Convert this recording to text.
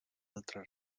altre